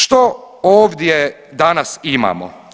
Što ovdje danas imamo?